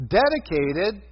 dedicated